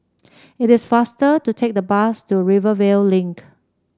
it is faster to take the bus to Rivervale Link